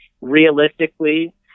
realistically